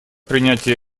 принятие